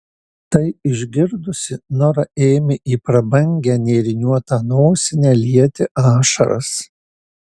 tai išgirdusi nora ėmė į prabangią nėriniuotą nosinę lieti ašaras